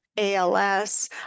ALS